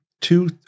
two